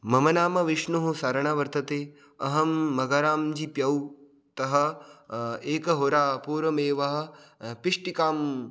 मम नाम विष्णुसारणः वर्तते अहं मगरांजीप्यौतः एक होरापूर्वमेवः पिष्टिकाम्